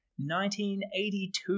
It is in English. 1982